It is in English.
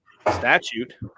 statute